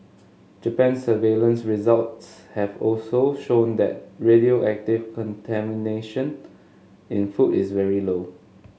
Japan's surveillance results have also shown that radioactive contamination in food is very low